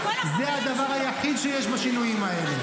זה הדבר היחיד שיש בשינויים האלה.